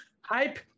Hype